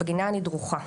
בגינה אני דרוכה,